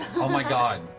oh my god.